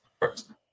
First